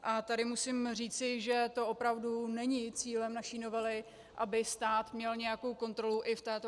A tady musím říci, že to opravdu není cílem naší novely, aby stát měl nějakou kontrolu i v této agendě.